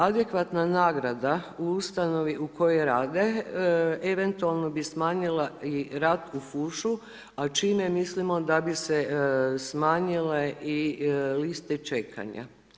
Adekvatna nagrada u ustanovi u kojoj rade eventualno bi smanjila i rad u fušu a čime mislimo da bi se smanjile i liste čekanja.